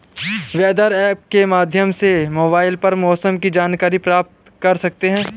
weather app के माध्यम से मोबाइल पर मौसम की जानकारी प्राप्त कर सकते हैं